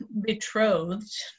betrothed